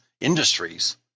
industries